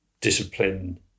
discipline